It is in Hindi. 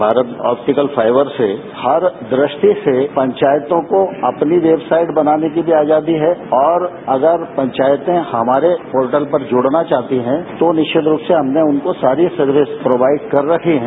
भारत ऑप्टिकल फाइबर से हर दृष्टि से पंचायतों को अपनी वेबसाइट बनाने की आजादी है और अगर पंचायतें हमारे पोर्टल पर जुड़ना चाहती हैं तो निश्चित रूप से हमने उनको सारी सर्विस प्रोवाइड कर रखी हैं